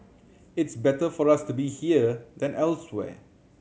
it's better for us to be here than elsewhere